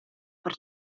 per